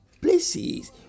places